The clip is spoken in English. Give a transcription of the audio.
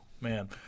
man